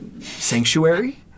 sanctuary